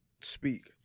speak